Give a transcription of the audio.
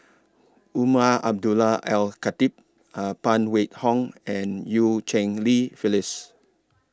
Umar Abdullah Al Khatib Phan Wait Hong and EU Cheng Li Phyllis